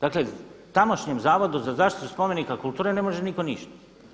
Dakle, tamošnjem Zavodu za zaštitu spomenika kulture ne može nitko ništa.